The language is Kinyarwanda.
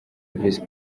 visi